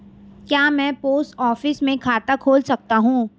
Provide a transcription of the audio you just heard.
क्या मैं post office में खाता खोल सकता हूँ?